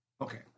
Okay